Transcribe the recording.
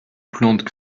plante